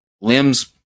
limbs